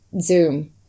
Zoom